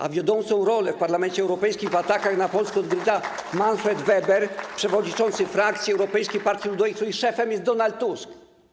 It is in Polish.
a wiodącą rolę w Parlamencie Europejskim w atakach na Polskę odgrywa Manfred Weber, przewodniczący frakcji Europejskiej Partii Ludowej, której szefem jest Donald Tusk.